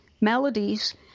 melodies